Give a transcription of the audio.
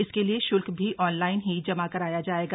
इसके लिए श्ल्क भी ऑनलाइन ही जमा कराया जायेगा